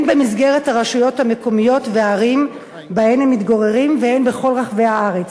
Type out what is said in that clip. הן במסגרת הרשויות המקומיות והערים שבהן הם מתגוררים והן בכל רחבי הארץ.